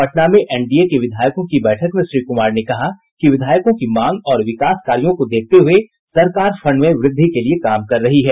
पटना में एनडीए के विधायकों की बैठक में श्री कुमार ने कहा कि विधायकों की मांग और विकास कार्यों को देखते हुए सरकार फंड में वृद्धि के लिए काम कर रही है